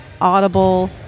audible